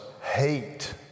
hate